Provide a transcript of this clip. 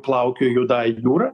plaukiojo juodąja jūra